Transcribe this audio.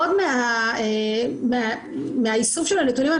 עוד מאיסוף הנתונים,